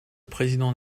président